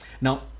Now